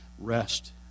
Rest